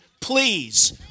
please